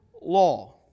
law